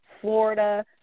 Florida